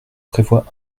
prévoit